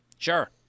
Sure